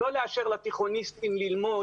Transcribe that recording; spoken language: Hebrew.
לא לאשר לתיכוניסטים ללמוד.